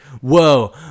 Whoa